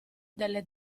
delle